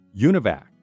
Univac